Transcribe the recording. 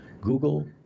Google